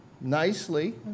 nicely